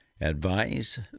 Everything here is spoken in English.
advise